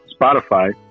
Spotify